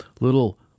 Little